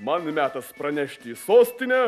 man metas pranešti į sostinę